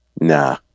Nah